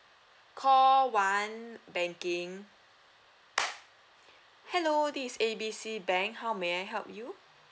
call one banking hello this is A B C bank how may I help you